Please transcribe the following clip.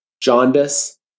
jaundice